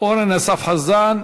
אורן אסף חזן.